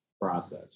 process